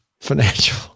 financial